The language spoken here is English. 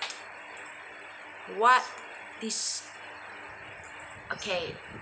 what is okay